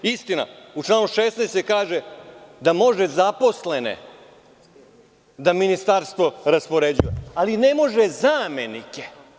Istina, u članu 16. se kaže da zaposlene može Ministarstvo da raspoređuje, ali ne može zamenike.